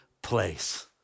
place